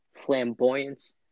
flamboyance